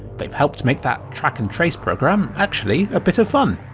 they've helped make that track-and-trace program actually a bit of fun!